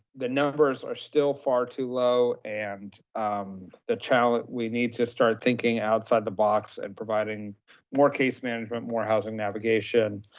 the numbers are still far too low, and the challenge we need to start thinking outside the box and providing more case management, more housing navigation,